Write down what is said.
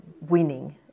winning